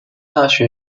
大学